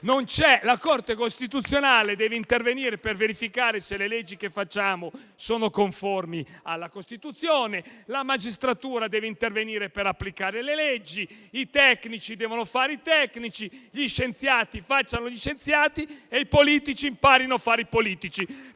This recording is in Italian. La Corte costituzionale deve intervenire per verificare se le leggi che facciamo sono conformi alla Costituzione; la magistratura deve intervenire per applicare le leggi; i tecnici devono fare i tecnici; gli scienziati facciano gli scienziati e i politici imparino a fare i politici.